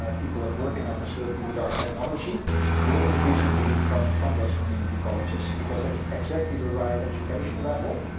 ah people that work in our facility with our technology will increasingly be coming from those community colleges because it's exactly the right education level.